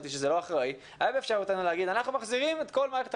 אבל ב-50% יודעים.